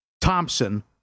Thompson